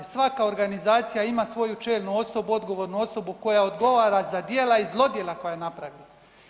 Svaka organizacija ima svoju čelnu osobu, odgovornu osobu koja odgovara za djela i zlodjela koja je napravila.